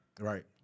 Right